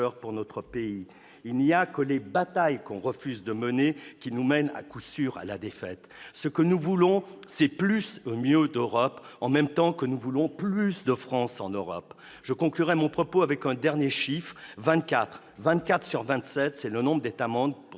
pour notre pays. Il n'y a que les batailles que l'on refuse de mener qui conduisent à coup sûr à la défaite. Ce que nous voulons, c'est plus et mieux d'Europe, en même temps que nous voulons plus de France en Europe ! Je conclurai mon propos en avançant un dernier chiffre : 24. En effet, 24 sur 27, c'est le nombre d'États membres